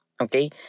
Okay